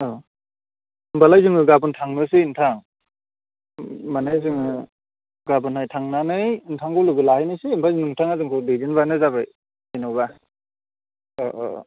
औ होनबालाय जोङो गाबोन थांनोसै नोंथां माने जोङो गाबोनहाय थांनानै नोंथांखौ लोगो लाहैनोसै ओमफ्राय नोंथाङा जोंखौ दैदेनबानो जाबाय जेनेबा औ औ